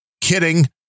Kidding